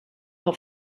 que